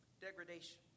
degradation